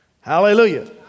Hallelujah